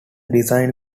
designed